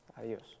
Adios